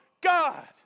God